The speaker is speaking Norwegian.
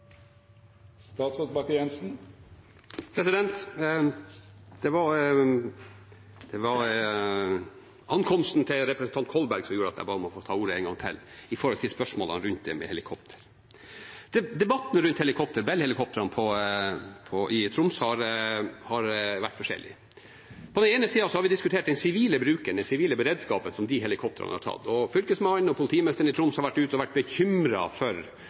Det var ankomsten til representanten Kolberg som gjorde at jeg ba om å få ordet en gang til når det gjelder spørsmålene rundt dette med helikoptre. Debatten om Bell-helikoptrene i Troms har vært forskjellig. På den ene siden har vi diskutert den sivile beredskapen som disse helikoptrene har tatt. Fylkesmannen og politimesteren i Troms har vært ute og vært bekymret for